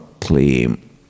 claim